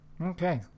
okay